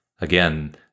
Again